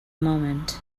moment